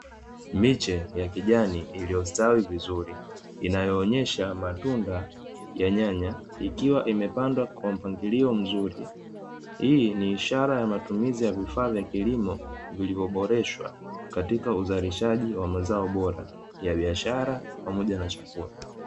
Miche ya kijani iliyostawi vizuri, inayoonyesha matunda ya nyanya, ikiwa imepandwa kwa mpangilio mzuri, hii ni ishara ya matumizi ya vifaa vya kilimo vilivyoboreshwa katika uzalishaji wa mazao bora ya biashara pamoja na chakula.